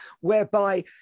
whereby